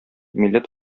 милләт